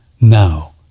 now